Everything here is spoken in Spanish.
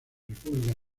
república